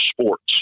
sports